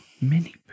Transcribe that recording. mini